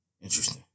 Interesting